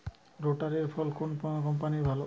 রোটারের ফল কোন কম্পানির ভালো?